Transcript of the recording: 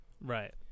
Right